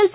L